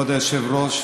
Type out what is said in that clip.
כבוד היושב-ראש,